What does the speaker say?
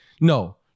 No